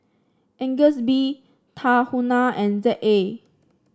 Agnes B Tahuna and Z A